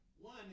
one